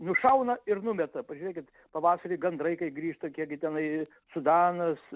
nušauna ir numeta pažiūrėkit pavasarį gandrai kai grįžta kiekgi tenai sudanas